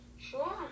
Sure